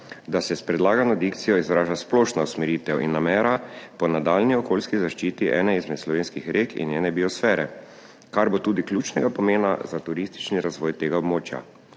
da se s predlagano dikcijo izraža splošna usmeritev in namera po nadaljnji okoljski zaščiti ene izmed slovenskih rek in njene biosfere, kar bo tudi ključnega pomena za turistični razvoj tega območja.